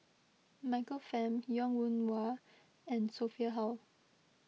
Michael Fam Wong Yoon Wah and Sophia Hull